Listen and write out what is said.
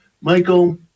Michael